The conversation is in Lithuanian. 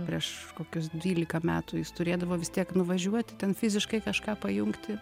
prieš kokius dvylika metų jis turėdavo vis tiek nuvažiuoti ten fiziškai kažką pajungti